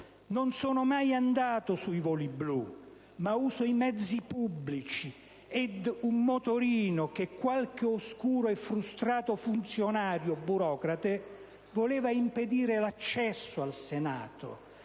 non sono mai andato sui "voli blu", ma uso i mezzi pubblici e un motorino, al quale qualche oscuro e frustrato funzionario burocrate voleva impedire l'accesso al Senato,